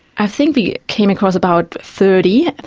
i think we came across about thirty,